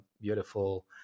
beautiful